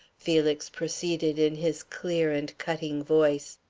felix proceeded in his clear and cutting voice.